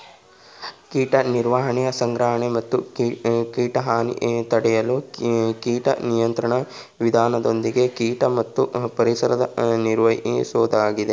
ಕೀಟ ನಿರ್ವಹಣೆ ಸಂಗ್ರಹಣೆ ಮತ್ತು ಕೀಟ ಹಾನಿ ತಡೆಯಲು ಕೀಟ ನಿಯಂತ್ರಣ ವಿಧಾನದೊಂದಿಗೆ ಕೀಟ ಮತ್ತು ಪರಿಸರ ನಿರ್ವಹಿಸೋದಾಗಿದೆ